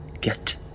Get-